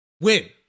win